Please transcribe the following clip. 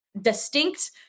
distinct